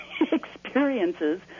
experiences